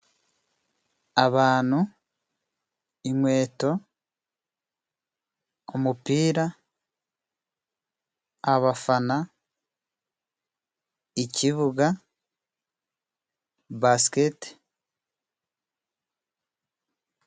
abanu, inkweto, umupira, abafana, ikibuga, basikete.